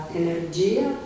energia